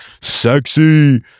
sexy